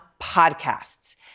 podcasts